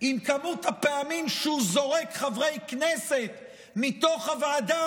עם מספר הפעמים שהוא זורק חברי כנסת מתוך הוועדה,